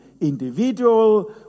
individual